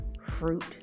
fruit